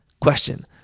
question